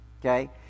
okay